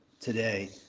today